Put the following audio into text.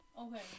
Okay